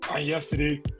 yesterday